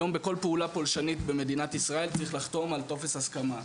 היום בכל פעולה פולשנית במדינת ישראל צריך לחתום על טופס הסכמה.